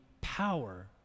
power